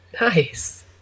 nice